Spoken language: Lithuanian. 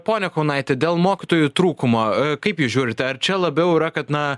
ponia kaunaitė dėl mokytojų trūkumo kaip jūs žiūrite ar čia labiau yra kad na